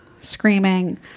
screaming